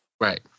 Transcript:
Right